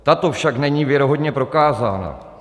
Tato však není věrohodně prokázána.